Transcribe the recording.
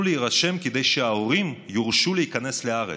להירשם כדי שההורים יורשו להיכנס לארץ,